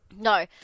no